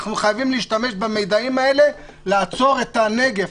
אנחנו חייבים להשתמש במידעים האלה כדי לעצור את הנגיף,